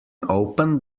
open